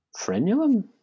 Frenulum